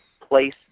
place